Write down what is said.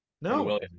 no